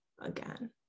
again